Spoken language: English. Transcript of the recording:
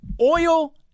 oil